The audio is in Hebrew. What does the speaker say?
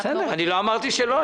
בסדר, אני לא אמרתי שלא.